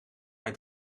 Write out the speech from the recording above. hij